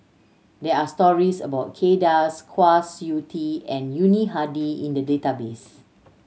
there are stories about Kay Das Kwa Siew Tee and Yuni Hadi in the database